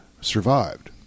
survived